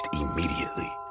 immediately